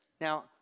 Now